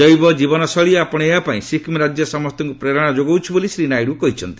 ଜୈବ ଜୀବନଶୈଳୀ ଆପଣେଇବା ପାଇଁ ସିକ୍କିମ୍ ରାଜ୍ୟ ସମସ୍ତଙ୍କୁ ପ୍ରେରଣା ଯୋଗାଉଛି ବୋଲି ଶ୍ରୀ ନାଇଡ଼ୁ କହିଛନ୍ତି